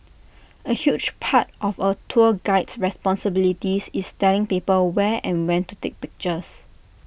A huge part of A tour guide's responsibilities is telling people where and when to take pictures